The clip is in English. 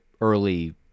early